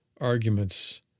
arguments